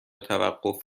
توقف